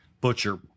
Butcher